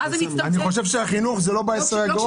הדבר הראשון הוא הבריאות של כולנו: אדם